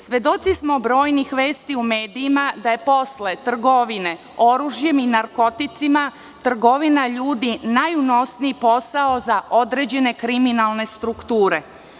Svedoci smo brojnih vesti u medijima da je posle trgovine oružjem i narkoticima, trgovina ljudi najunosniji posao za određene kriminalne strukture.